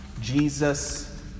Jesus